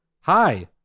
Hi